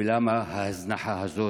למה ההזנחה הזאת?